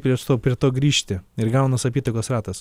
prie prie to grįžti ir gaunas apytakos ratas